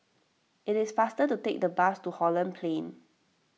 it is faster to take the bus to Holland Plain